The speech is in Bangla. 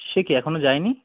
সে কী এখনও যায়নি